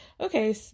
okay